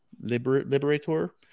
Liberator